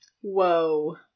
Whoa